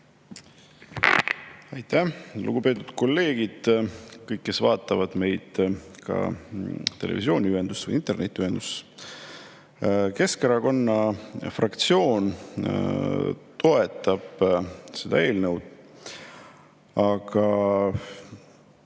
Aitäh! Lugupeetud kolleegid! Kõik, kes vaatavad meid ka televisiooni või interneti vahendusel! Keskerakonna fraktsioon toetab seda eelnõu, aga